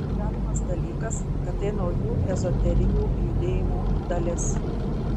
galimas dalykas kad tai naujų ezoterinių judėjimų dalis